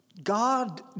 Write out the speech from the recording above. God